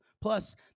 Plus